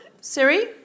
Siri